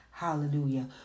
Hallelujah